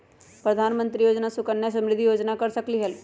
प्रधानमंत्री योजना सुकन्या समृद्धि योजना कर सकलीहल?